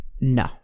No